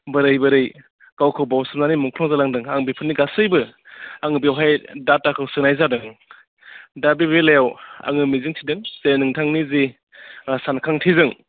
बोरै बोरै गावखौ बावस्रोनानै मुंख्लं जानांदों आं बेफोरनि गासैबो आङो बेवहाय डाटाखौ सोनाय जादों दा बे बेलायाव आङो मिजिं थिदों जे नोंथांनि जि सानखांथिजों